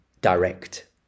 direct